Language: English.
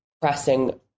pressing